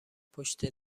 پشت